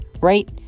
right